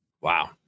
Wow